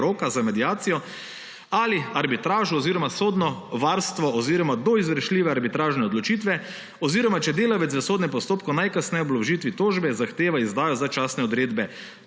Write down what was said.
za mediacijo ali arbitražo oziroma sodno varstvo oziroma do izvršljive arbitražne odločitve, oziroma če delavec v sodnem postopku najkasneje ob vložitvi tožbe zahteva izdajo začasne odredbe